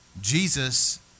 Jesus